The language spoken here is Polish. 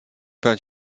pan